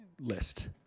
list